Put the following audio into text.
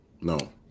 No